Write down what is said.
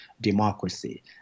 democracy